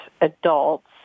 adults